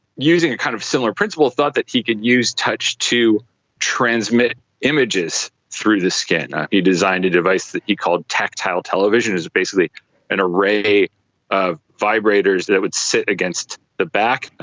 using a kind of similar principle, thought that he could use touch to transmit images through the skin. ah he designed a device that he called tactile television, it was basically an array of vibrators that would sit against the back,